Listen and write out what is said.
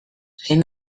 zein